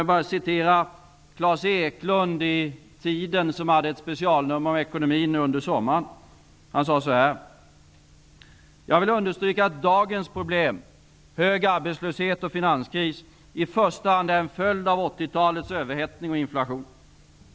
Jag skall återge vad Klas Eklund har uttalat i Tiden, som hade ett specialnummer om ekonomin under sommaren. Han sade: Jag vill understryka att dagens problem, hög arbetslöshet och finanskris, i första hand är en följd av 80-talets överhettning och inflation.